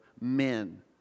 men